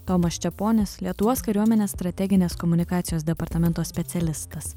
tomas čeponis lietuvos kariuomenės strateginės komunikacijos departamento specialistas